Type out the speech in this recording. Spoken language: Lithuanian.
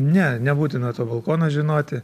ne nebūtina to balkono žinoti